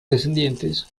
descendientes